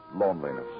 loneliness